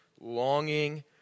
longing